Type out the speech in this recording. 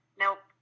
nope